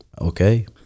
Okay